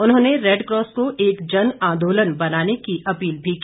उन्होंने रेडक्रॉस को एक जनआंदोलन बनाने की अपील भी की